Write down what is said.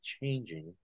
changing